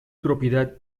propiedad